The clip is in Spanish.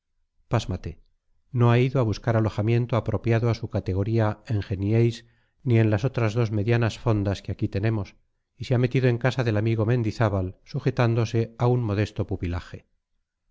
pásmate no ha ido a buscar alojamiento apropiado a su categoría en genieys ni en las otras dos medianas fondas que aquí tenemos y se ha metido en casa del amigo mendizábal sujetándose a un modesto pupilaje